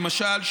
למשל,